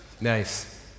Nice